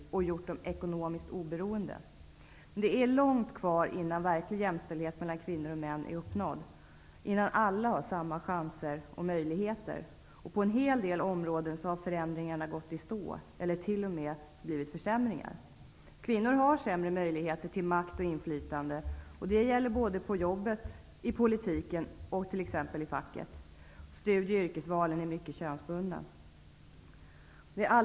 Det har gjort dem ekonomiskt oberoende. Men det är långt kvar innan verklig jämställdhet mellan kvinnor och män har uppnåtts och innan alla har samma chanser och möjligheter. På en hel del områden har förändringarna gått i stå eller tillståndet till och med försämrats. Kvinnor har sämre möjligheter till makt och inflytande. Det gäller såväl i arbetet som i politiken och i facket. Studie och yrkesval är mycket könsbundna.